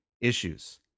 issues